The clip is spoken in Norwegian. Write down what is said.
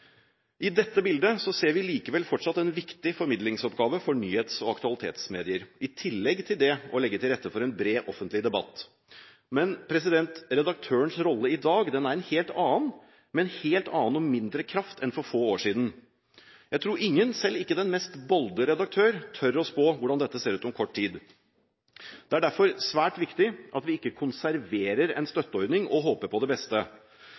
I dette bildet ser vi likevel fortsatt en viktig formidlingsoppgave for nyhets- og aktualitetsmedier, i tillegg til det å legge til rette for en bred offentlig debatt. Men redaktørens rolle i dag er en helt annen, med en helt annen og mindre kraft enn for få år siden. Jeg tror ingen – selv ikke den mest bolde redaktør – tør å spå hvordan dette ser ut om kort tid. Det er derfor svært viktig at vi ikke konserverer en støtteordning og håper på det beste.